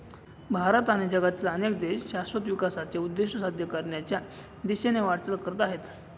भारत आणि जगातील अनेक देश शाश्वत विकासाचे उद्दिष्ट साध्य करण्याच्या दिशेने वाटचाल करत आहेत